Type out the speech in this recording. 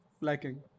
liking